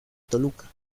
toluca